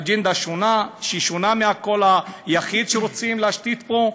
אג'נדה שהיא שונה מהקול היחיד שרוצים להשתית פה.